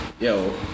yo